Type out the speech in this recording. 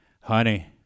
Honey